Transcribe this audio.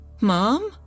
Mom